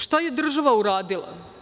Šta je država uradila?